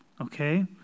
Okay